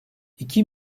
i̇ki